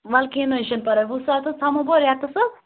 وَلہٕ کینٛہہ نہ حظ چھُنہٕ پرواے وُہ ساس حظ تھَومو بہٕ رٮ۪تَس حظ